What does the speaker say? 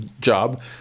job